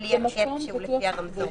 בלי הקאפ שהוא לפי הרמזור.